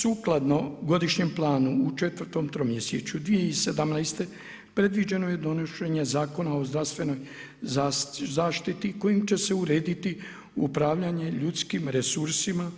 Sukladno godišnjem planu u četvtom tromjesečju 2017. predviđeno je donošenje Zakona o zdravstvenoj zaštiti kojim će se urediti upravljanje ljudskim resurdima